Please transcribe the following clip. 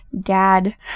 dad